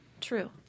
True